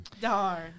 Darn